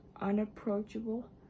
unapproachable